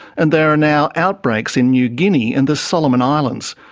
and there are now outbreaks in new guinea and the solomon islands.